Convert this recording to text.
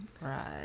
right